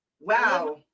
Wow